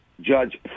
Judge